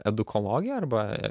edukologija arba